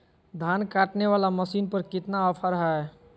धान काटने वाला मसीन पर कितना ऑफर हाय?